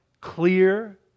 clear